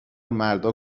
مردا